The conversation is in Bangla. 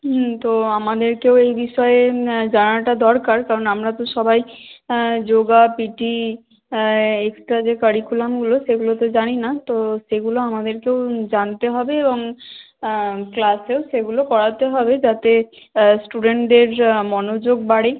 হুম তো আমাদেরকেও এই বিষয়ে জানানোটা দরকার কারণ আমরা তো সবাই যোগা পিটি এক্সট্রা যে কারিকুলামগুলো সেগুলো তো জানি না তো সেগুলো আমাদেরকেও জানতে হবে এবং ক্লাসেও সেগুলো করাতে হবে যাতে স্টুডেন্টদের মনোযোগ বাড়ে